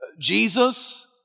Jesus